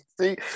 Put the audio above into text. See